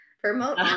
Promote